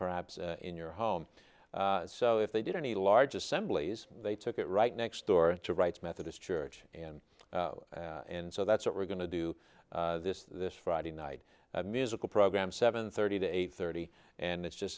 perhaps in your home so if they did any large assemblies they took it right next door to right methodist church and so that's what we're going to do this this friday night musical program seven thirty to eight thirty and it's just